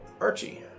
Archie